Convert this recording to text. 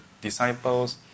disciples